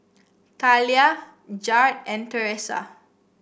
Thalia Jared and Teressa